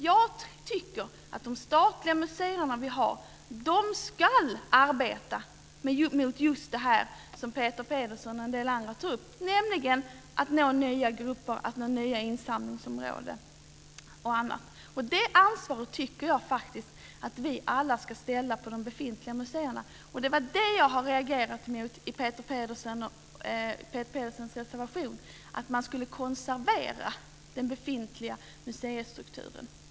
Jag tycker att de statliga museer vi har ska arbeta mot just det som Peter Pedersen och en del andra tar upp, nämligen att nå nya grupper, nya insamlingsområden och annat. Det ansvaret tycker jag faktiskt att vi alla ska ge de befintliga museerna. Det är det jag har reagerat mot i Peter Pedersens reservation, dvs. att man skulle konservera den befintliga museistrukturen.